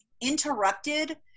interrupted